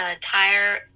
tire